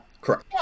Correct